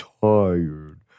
tired